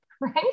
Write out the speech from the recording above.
right